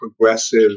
progressive